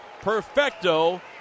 perfecto